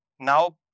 Now